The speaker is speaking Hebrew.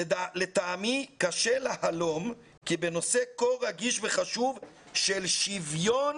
"לדעתי קשה להלום כי בנושא כה רגיש וחשוב של שוויון